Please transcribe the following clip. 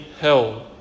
hell